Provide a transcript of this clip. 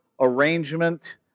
arrangement